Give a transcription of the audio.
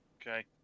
Okay